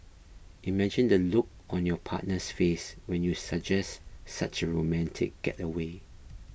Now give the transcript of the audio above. imagine the look on your partner's face when you suggest such a romantic getaway